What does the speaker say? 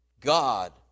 God